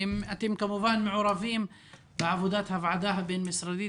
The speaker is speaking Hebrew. אתם כמובן מעורבים בעבודת הוועדה הבין-משרדית,